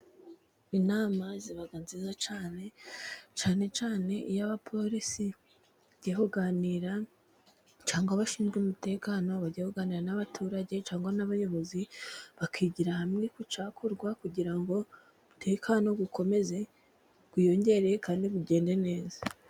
Inama ziba nziza cyane, cyane cyane iyo abapolisi bagiye kuganira cyangwa abashinzwe umutekano bagiye kuganira n'abaturage cyangwa n'abayobozi bakigira hamwe ku cyakorwa kugira ngo umutekano ukomeze wiyongere kandi ugende neza.